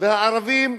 והערבים,